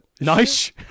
nice